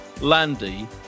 Landy